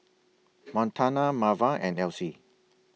Montana Marva and Elsie